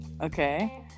okay